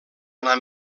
anar